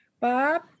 Bob